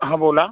हा बोला